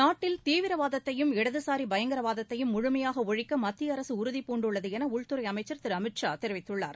நாட்டில் தீவிரவாதத்தையும் இடதுசாரி பயங்கரவாதத்தையும் முழுமையாக ஒழிக்க மத்திய அரசு உறுதிபூண்டுள்ளது என உள்துறை அமைச்சர் திரு அமித் ஷா தெரிவித்துள்ளார்